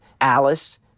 Alice